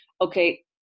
okay